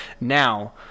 Now